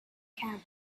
camp